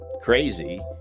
crazy